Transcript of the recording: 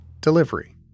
Delivery